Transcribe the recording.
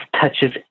touches